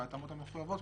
בהתאמות המחויבות,